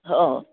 हो